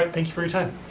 um thank you for your time.